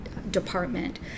department